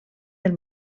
del